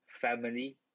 family